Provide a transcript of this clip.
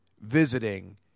visiting